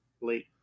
late